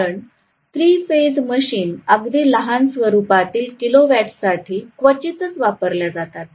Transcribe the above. कारण three phase machine अगदी लहान स्वरूपातील किलोवॅटसाठी क्वचितच वापरल्या जातात